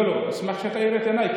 לא, לא, אשמח שתאיר את עיניי.